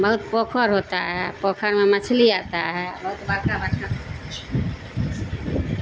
بہت پوکھر ہوتا ہے پوکھر میں مچھلی آتا ہے بہت بڑکا بڑکا